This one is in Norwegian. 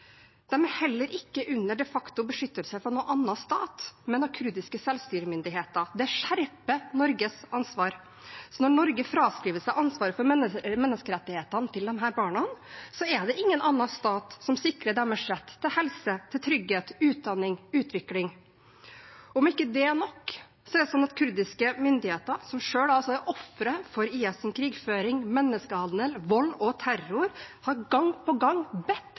er heller ikke under de facto beskyttelse fra noen annen stat, men av kurdiske selvstyremyndigheter. Det skjerper Norges ansvar. Så når Norge fraskriver seg ansvaret for menneskerettighetene til disse barna, er det ingen annen stat som sikrer deres rett til helse, til trygghet, utdanning og utvikling. Om ikke det er nok, er det slik at kurdiske myndigheter – som selv altså er ofre for IS’ krigføring, menneskehandel, vold og terror – gang på gang har bedt